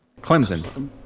Clemson